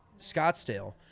Scottsdale